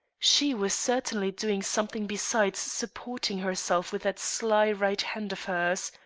she was certainly doing something besides supporting herself with that sly right hand of hers.